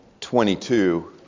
22